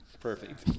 Perfect